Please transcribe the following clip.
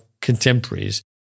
contemporaries